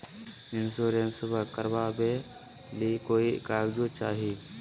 इंसोरेंसबा करबा बे ली कोई कागजों चाही?